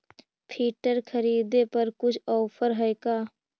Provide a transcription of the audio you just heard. Filter खरिदे पर कुछ औफर है का?